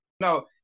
No